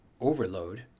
overload